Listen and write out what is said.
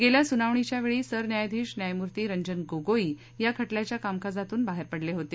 गेल्या सुनावणीच्या वेळी सरन्यायाधीश न्यायमूर्ती रंजन गोगोई या खटल्याच्या कामकाजातून बाहेर पडले होते